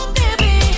baby